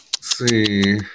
see